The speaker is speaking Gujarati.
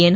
એન